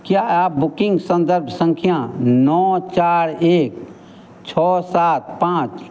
क्या आप बुकिंग संदर्भ संख्या नौ चार एक छः सात पाँच